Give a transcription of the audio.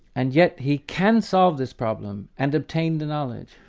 and yet he can solve this problem and obtain the knowledge.